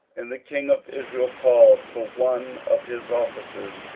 and the king of israel called for one of his officers,